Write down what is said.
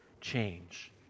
change